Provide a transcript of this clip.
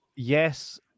yes